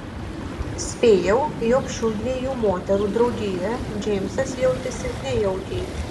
spėjau jog šių dviejų moterų draugijoje džeimsas jautėsi nejaukiai